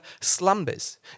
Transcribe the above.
slumbers